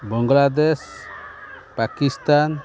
Bangladesh Pakistan